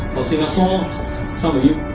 singapore, some of you